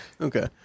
Okay